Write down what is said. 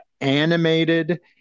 animated